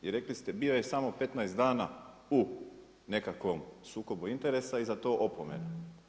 I rekli ste bio je samo 15 dana u nekakvom sukobu interesa i za to opomena.